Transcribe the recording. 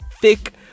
thick